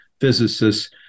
physicists